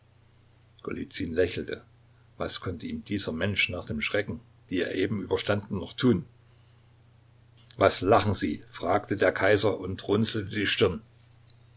lächelte was konnte ihm dieser mensch nach den schrecken die er eben überstanden noch tun was lachen sie fragte der kaiser und runzelte die stirn